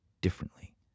differently